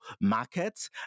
markets